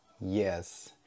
Yes